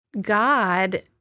God